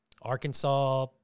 Arkansas